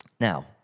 Now